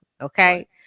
Okay